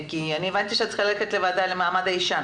כי אני הבנתי שאת צריכה ללכת לוועדה למעמד האישה,